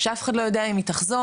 שאף אחד לא יודע אם היא תחזור,